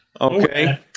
Okay